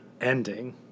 ending